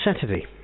Saturday